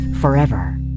forever